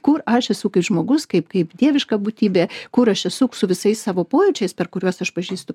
kur aš esu kaip žmogus kaip kaip dieviška būtybė kur aš esu su visais savo pojūčiais per kuriuos aš pažįstu